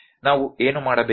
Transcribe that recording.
ನಾವು ಏನು ಮಾಡಬೇಕು